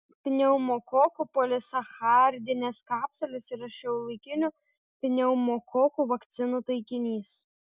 pneumokokų polisacharidinės kapsulės yra šiuolaikinių pneumokoko vakcinų taikinys